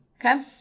Okay